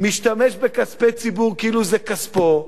משתמש בכספי ציבור כאילו זה כספו,